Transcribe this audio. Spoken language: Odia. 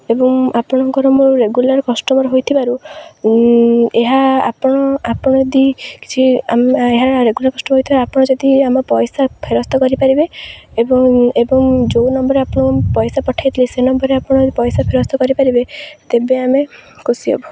ଏବଂ ଆପଣଙ୍କର ମୁଁ ରେଗୁଲାର୍ କଷ୍ଟମର୍ ହୋଇଥିବାରୁ ଏହା ଆପଣ ଆପଣ ଯଦି କିଛି ଏହା ରେଗୁଲାର୍ କଷ୍ଟମର୍ ହୋଇଥିବାରୁ ଆପଣ ଯଦି ଆମ ପଇସା ଫେରସ୍ତ କରିପାରିବେ ଏବଂ ଏବଂ ଯେଉଁ ନମ୍ବର ଆପଣଙ୍କୁ ପଇସା ପଠାଇଥିଲେ ସେ ନମ୍ବରରେ ଆପଣ ପଇସା ଫେରସ୍ତ କରିପାରିବେ ତେବେ ଆମେ ଖୁସି ହେବୁ